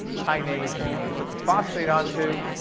kinase meaning puts a phosphate onto.